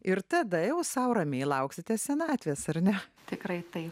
ir tada jau sau ramiai lauksite senatvės ar ne tikrai taip